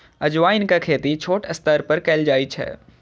अजवाइनक खेती छोट स्तर पर कैल जाइ छै